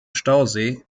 stausee